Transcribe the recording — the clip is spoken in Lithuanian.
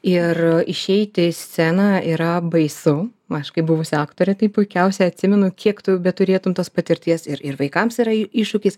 ir išeiti į sceną yra baisu aš kaip buvusi aktorė tai puikiausiai atsimenu kiek tu beturėtum tos patirties ir ir vaikams yra iššūkis